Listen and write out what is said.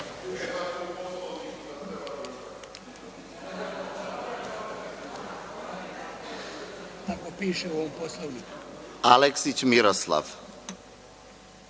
Aleksić Miroslav.